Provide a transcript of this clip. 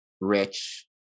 rich